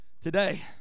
Today